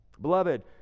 beloved